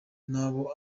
n’abo